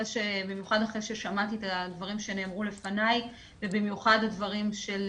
במיוחד אחרי ששמעתי את הדברים שנאמרו לפניי ובמיוחד הדברים של